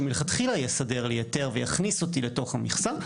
שמלכתחילה יסדר לי היתר ויכניס אותי לתוך המכסה,